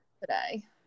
today